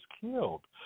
killed